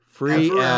Free